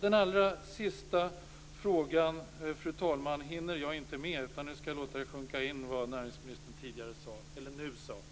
Den allra sista frågan, fru talman, hinner jag inte med, utan nu skall jag låta det sjunka in vad näringsministern tidigare sade - eller nu sade.